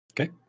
Okay